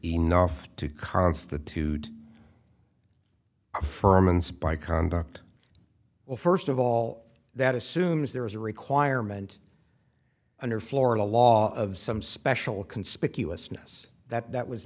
enough to constitute a firman spy conduct well first of all that assumes there was a requirement under florida law of some special conspicuousness that that was